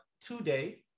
today